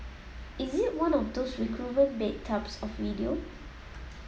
is it one of those recruitment bait types of video